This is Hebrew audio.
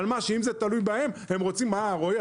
אבל אם זה תלוי בהם רועי,